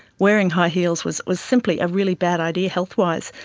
wearing high heels was was simply a really bad idea health wise,